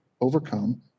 Overcome